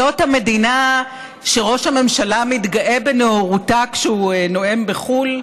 זאת המדינה שראש הממשלה מתגאה בנאורותה כשהוא נואם בחו"ל,